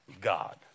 God